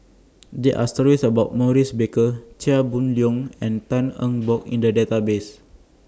There Are stories about Maurice Baker Chia Boon Leong and Tan Eng Bock in The Database